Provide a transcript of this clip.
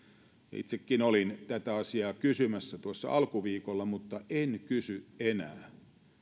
itsekin olin tätä asiaa kysymässä tuossa alkuviikolla mutta en kysy enää